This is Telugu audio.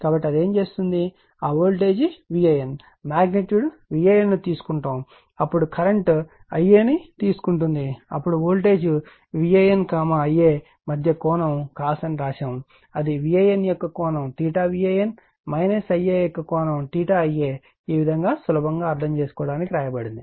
కాబట్టి అది ఏమి చేస్తుంది ఆ వోల్టేజ్ VAN మాగ్నిట్యూడ్ VAN ను తీసుకుంటాము అప్పుడు కరెంట్ Ia ను తీసుకుంటుంది అప్పుడు వోల్టేజ్ VAN Ia మధ్య కోణం యొక్క cos అని వ్రాస్తాము అది VAN యొక్క కోణం VAN Ia యొక్క కోణం Ia ఈ విధంగా సులభంగా అర్థం చేసుకోవడానికి వ్రాయబడింది